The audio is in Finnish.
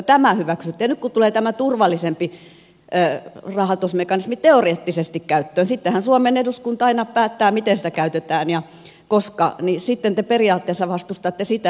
ja nyt kun tulee tämä turvallisempi rahoitusmekanismi teoreettisesti käyttöön sittenhän suomen eduskunta aina päättää miten sitä käytetään ja koska niin te periaatteessa vastustatte sitä